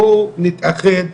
בואו נתאחד.